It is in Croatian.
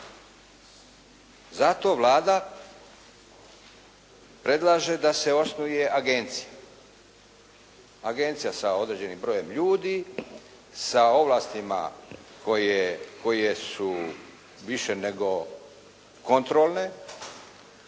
Zato Vlada predlaže da se osnuje agencija, agencija sa određenim brojem ljudi. Sa ovlastima koje su više nego kontrolne,